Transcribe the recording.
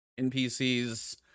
NPCs